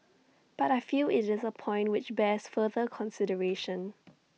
but I feel IT is A point which bears further consideration